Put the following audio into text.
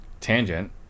tangent